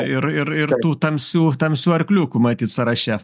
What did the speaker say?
ir ir ir tų tamsių tamsių arkliukų matyt sąraše